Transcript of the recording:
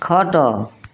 ଖଟ